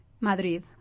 Madrid